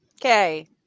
Okay